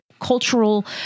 cultural